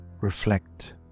Reflect